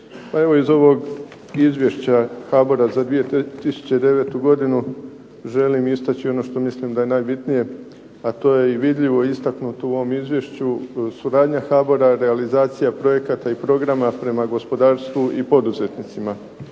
Evo, iz ovog Izvješća HBOR-a za 2009. godinu želim istaći ono što mislim da je najbitnije a to je istaknuto u ovom Izvješću suradnja HBOR-a i realizacija projekata i programa prema gospodarstvu i poduzetnicima.